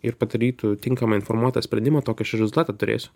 ir padarytų tinkamą informuotą sprendimą tokį aš ir rezultatą turėsiu